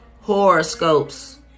horoscopes